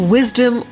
Wisdom